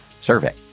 survey